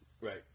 Right